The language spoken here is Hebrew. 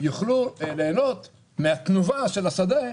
יוכלו ליהנות מהתנובה של השדה,